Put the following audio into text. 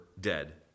dead